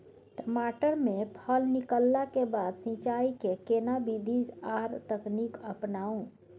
टमाटर में फल निकलला के बाद सिंचाई के केना विधी आर तकनीक अपनाऊ?